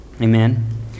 Amen